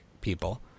people